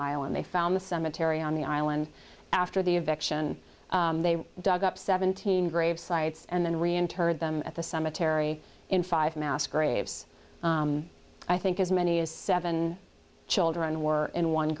island they found the cemetery on the island after the event sion they dug up seventeen grave sites and then reinterred them at the cemetery in five mass graves i think as many as seven children were in one